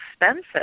expensive